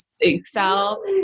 excel